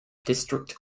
district